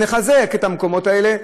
ונחזק את המקומות האלה,